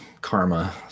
karma